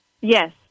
Yes